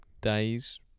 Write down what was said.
days